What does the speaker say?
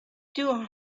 two